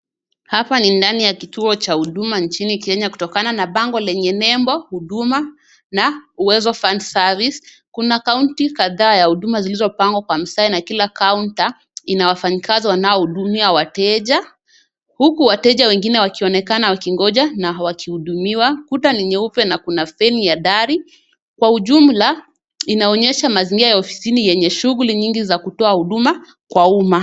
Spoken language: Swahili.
Hapa ni ndani ya kituo cha huduma nchini Kenya kutokana na bango lenye nembo Huduma na Uwezo Fund Service. Kuna kaunti kadhaa ya huduma zilizopangwa kwa mstari na kila kaunta ina wafanyikazi wanaohudumia wateja, huku wateja wengine wakionekana wakingoja na wakihudumiwa , ukuta ni nyeupe na kuna fremi ya dari, kwa jumla inaonyesha mazingira ya ofisini yenye shughuli nyingi ya kutoa huduma kwa umma.